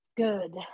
Good